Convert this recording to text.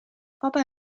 papa